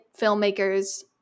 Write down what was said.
filmmakers